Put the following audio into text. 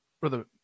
Brother